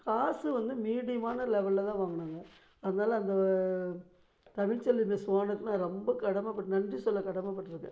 காசு வந்து மீடியமான லெவலில் தான் வாங்கினாங்க அதனால அந்த தமிழ்ச்செல்வி மெஸ் ஓனருக்கு நான் ரொம்ப கடமைப்பட் நன்றி சொல்ல கடமைப்பட்ருக்கேன்